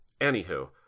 anywho